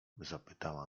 zapytała